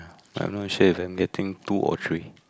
I'm not sure if anything two or three